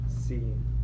seeing